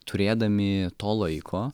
turėdami to laiko